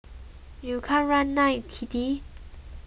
you can't run now kitty